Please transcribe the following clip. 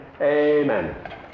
Amen